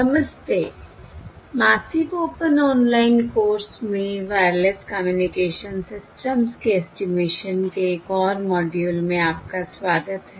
नमस्ते massive open online course में wireless communication systems के ऐस्टीमेशन के एक और मॉड्यूल में आपका स्वागत है